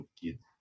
kids